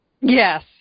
Yes